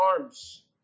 arms